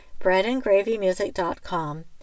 breadandgravymusic.com